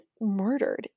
murdered